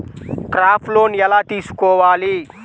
Crop loan ఎలా తీసుకోవాలి?